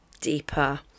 deeper